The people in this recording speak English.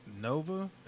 Nova